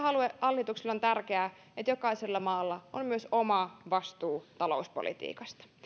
hallitukselle on tärkeää että jokaisella maalla on myös oma vastuu talouspolitiikasta